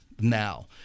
now